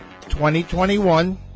2021